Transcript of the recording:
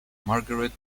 margaret